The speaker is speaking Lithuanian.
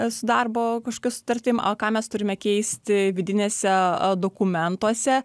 su darbo kažkokia sutartim o ką mes turime keisti vidinėse dokumentuose